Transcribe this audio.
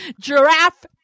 Giraffe